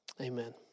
Amen